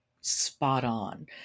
spot-on